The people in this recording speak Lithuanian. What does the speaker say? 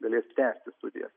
galės tęsti studijas